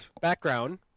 background